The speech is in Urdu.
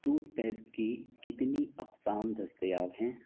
ٹوتھ پیسٹ کی کتنی اقسام دستیاب ہیں